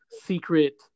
secret